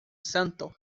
santo